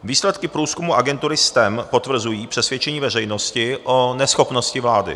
Výsledky průzkumu agentury STEM potvrzují přesvědčení veřejnosti o neschopnosti vlády.